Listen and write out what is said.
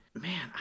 man